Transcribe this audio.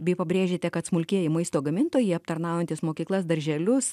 bei pabrėžėte kad smulkieji maisto gamintojai aptarnaujantys mokyklas darželius